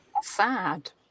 Sad